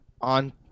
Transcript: on